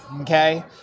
okay